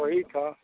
ओहिठाम